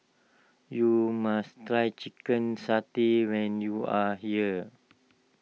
you must try Chicken Satay when you are here